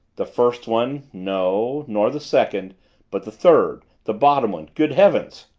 the first one no nor the second but the third the bottom one good heavens!